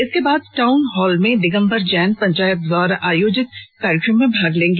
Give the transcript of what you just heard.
इसके बाद town hall में दिगंबर जैन पंचायत द्वारा आयोजित कार्यक्रम में भाग लेंगी